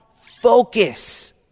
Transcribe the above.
focus